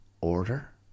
order